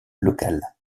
local